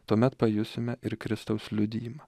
tuomet pajusime ir kristaus liudijimą